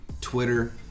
Twitter